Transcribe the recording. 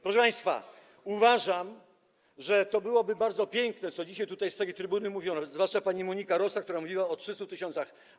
Proszę państwa, uważam, że to byłoby bardzo piękne, co dzisiaj tutaj z tej trybuny mówiono, zwłaszcza pani Monika Rosa, która mówiła o 300 tys.